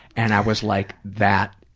and i was like, that